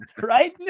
Right